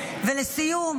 לסיום,